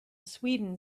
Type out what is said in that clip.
sweden